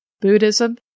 Buddhism